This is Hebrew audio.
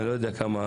אני לא יודע כמה,